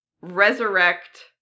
resurrect